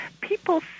people